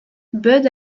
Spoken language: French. bud